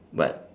but